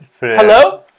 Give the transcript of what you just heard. Hello